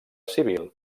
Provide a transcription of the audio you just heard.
civil